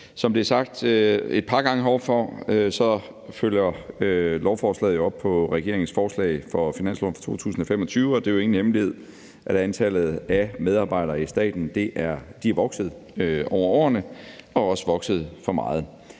Som det er blevet sagt et par gange heroppefra, følger lovforslaget jo op på regeringens forslag til finanslov for 2025, og det er jo ingen hemmelighed, at antallet af medarbejdere i staten er vokset over årene og også vokset for meget.